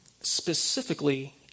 Specifically